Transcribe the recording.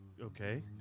okay